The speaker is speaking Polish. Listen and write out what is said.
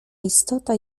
istota